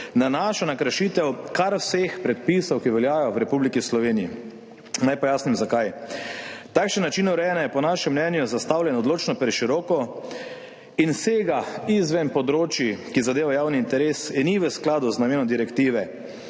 nanaša na kršitev kar vseh predpisov, ki veljajo v Republiki Sloveniji. Naj pojasnim, zakaj. Takšen način urejanja je po našem mnenju zastavljen odločno preširoko in sega izven področij, ki zadevajo javni interes, in ni v skladu z namenom Direktive